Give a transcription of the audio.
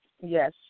Yes